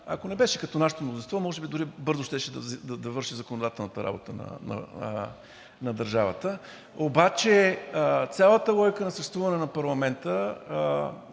ако не беше като нашето мнозинство, може би дори бързо щеше да върши законодателната работа на държавата. Обаче цялата логика на съществуване на парламента,